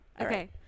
okay